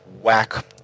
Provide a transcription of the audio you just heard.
whack